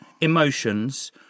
emotions